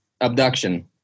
Abduction